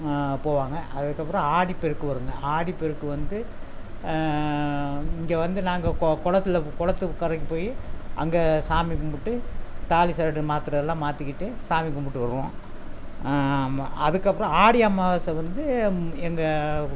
போவாங்க அதுக்கப்புறம் ஆடிப்பெருக்கு வருங்க ஆடிப்பெருக்கு வந்து இங்கே வந்து நாங்கள் குளத்துல குளத்து கரைக்கு போய் அங்கே சாமி கும்பிட்டு தாலி சருடு மாத்துறதெல்லாம் மாத்திகிட்டு சாமி கும்பிட்டு வருவோம் ஆமாம் அதுக்கப்புறம் ஆடி அமாவாசை வந்து எங்கள்